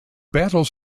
battles